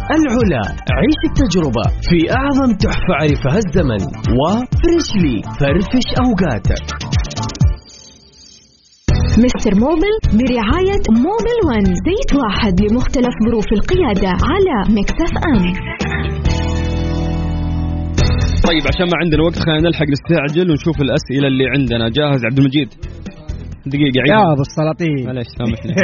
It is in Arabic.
العلا، عيش التجربة في أعظم تحف عرفها الزمن. وفريشلي، فرفش أوقاتك. مستر موبيل برعاية موبيل ون. زيت واحد لمختلف ظروف القيادة على ميكس FM. طيب، عشان ما عندنا وقت، خلينا نلحق نستعجل ونشوف الأسئلة اللي عندنا. جاهز عبد المجيد؟ دقيقة، عيد. يا أبو السلاطين. معليش، سامحني.